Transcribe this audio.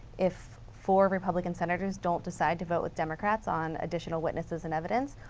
if four republican senators don't decide to vote with democrats on additional witnesses and evidence.